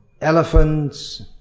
elephants